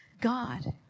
God